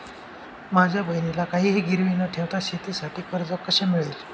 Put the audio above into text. माझ्या बहिणीला काहिही गिरवी न ठेवता शेतीसाठी कर्ज कसे मिळेल?